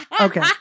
Okay